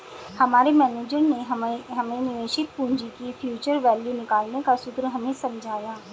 हमारे मेनेजर ने हमारे निवेशित पूंजी की फ्यूचर वैल्यू निकालने का सूत्र हमें समझाया